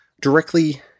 directly